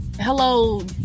hello